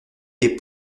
les